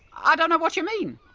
i don't know what you mean!